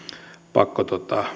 pakko